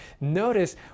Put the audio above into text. notice